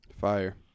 Fire